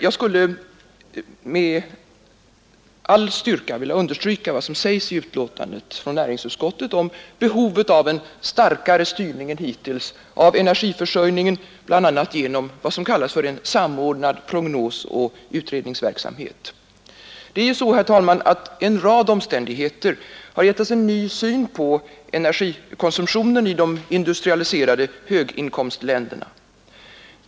Jag skulle med all styrka vilja understryka vad som nämns i betänkandet från näringsutskottet om behovet av en starkare styrning än hittills av energiförsörjningen, bl.a. genom vad som kallas för en samordnad prognosoch utredningsverksamhet. Det är ju så, herr talman, att en rad omständigheter har gett oss en ny syn på energikonsumtionen i de industrialiserade höginkomstländerna.